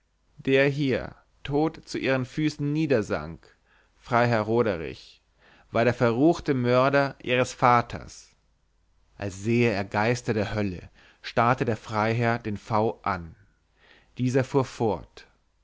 der hier tot zu ihren füßen niedersank freiherr roderich war der verruchte mörder ihres vaters als säh er geister der hölle starrte der freiherr den v an dieser fuhr fort